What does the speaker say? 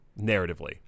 narratively